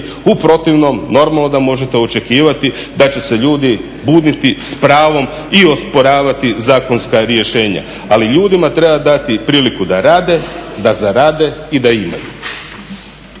U protivnom normalno da možete očekivati da će se ljudi buniti s pravom i osporavati zakonska rješenja. Ali ljudima treba dati priliku da rade, da zarade i da imaju.